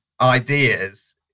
ideas